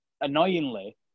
annoyingly